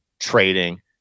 trading